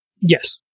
Yes